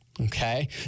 Okay